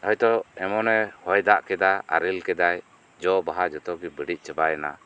ᱦᱳᱭᱛᱚ ᱮᱢᱚᱱᱮ ᱦᱚᱭ ᱫᱟᱜ ᱠᱮᱫᱟ ᱟᱨᱮᱞ ᱠᱮᱫᱟᱭ ᱡᱚ ᱵᱟᱦᱟ ᱡᱚᱛᱚᱜᱮ ᱵᱟᱹᱲᱤᱡ ᱪᱟᱵᱟᱭᱮᱱᱟ